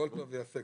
הכול טוב ויפה,